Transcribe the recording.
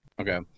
okay